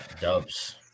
Dubs